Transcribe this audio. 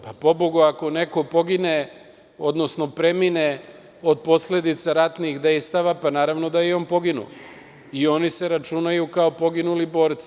Pa, pobogu ako neko pogine, odnosno premine od posledica ratnih dejstava, pa naravno da je i on poginuo i oni se računaju kao poginuli borci.